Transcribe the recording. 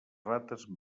rates